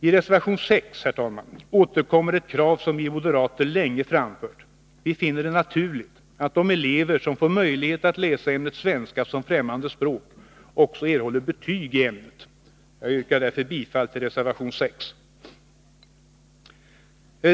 I reservation 6, herr talman, återkommer ett krav som vi moderater länge framfört. Vi finner det naturligt, att de elever som får möjlighet att läsa ämnet svenska som främmande språk också erhåller betyg i ämnet. Jag yrkar därför bifall till reservation 6.